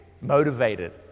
motivated